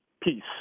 Peace